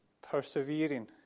persevering